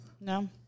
No